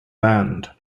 band